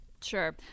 Sure